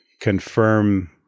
confirm